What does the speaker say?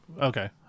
Okay